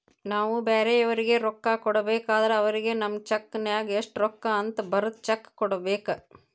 ನಾವು ಬ್ಯಾರೆಯವರಿಗೆ ರೊಕ್ಕ ಕೊಡಬೇಕಾದ್ರ ಅವರಿಗೆ ನಮ್ಮ ಚೆಕ್ ನ್ಯಾಗ ಎಷ್ಟು ರೂಕ್ಕ ಅಂತ ಬರದ್ ಚೆಕ ಕೊಡಬೇಕ